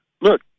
Look